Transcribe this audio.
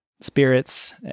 spirits